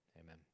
Amen